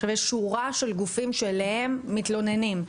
יש שורה של גופים שאליהם מתלוננים.